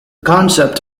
concept